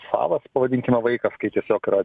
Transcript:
savas pavadinkime vaikas kai tiesiog yra